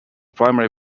primary